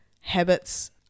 habits